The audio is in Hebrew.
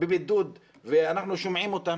בבידוד ואנחנו שומעים אותם,